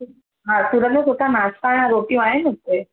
हा सूरत में सुठा नाश्ता या रोटियूं आहिनि उते